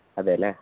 അതെ അല്ലേ